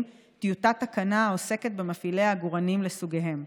טיוטת תקנה העוסקת במפעילי עגורנים לסוגיהם.